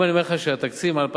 אם אני אומר לך שהתקציב מ-2007,